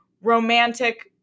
romantic